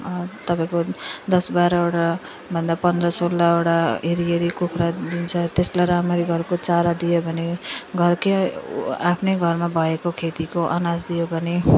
तपाईँको दस बाह्रवटा भन्दा पन्ध्र सोह्रवटा हेरी हेरी कुखुरा दिन्छ त्यसलाई राम्ररी घरको चारो दियो भने घरको आफ्नो घरमा भएको खेतीको अनाज दियो भने